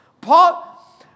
Paul